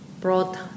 brought